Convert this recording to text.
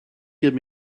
give